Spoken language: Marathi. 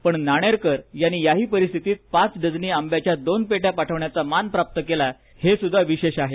पण नाणेरकर यांनी याही परिस्थितीत पाच डझनी आंब्याच्या दोन पेट्या पाठवण्याचा मान प्राप्त केला आहे हेसुद्धा विशेष आहे